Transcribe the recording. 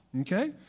Okay